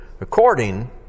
according